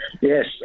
Yes